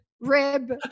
Rib